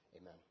Amen